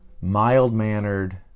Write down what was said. mild-mannered